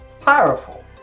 powerful